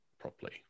properly